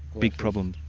big problems.